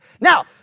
Now